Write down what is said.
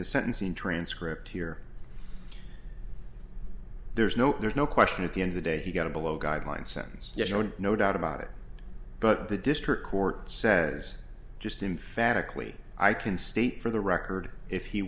sentencing transcript here there's no there's no question at the end of the day he got a below guideline sentence no doubt about it but the district court says just emphatically i can state for the record if he